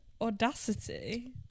audacity